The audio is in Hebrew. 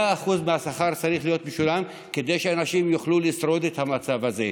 100% השכר צריך להיות משולם כדי שאנשים יוכלו לשרוד את המצב הזה.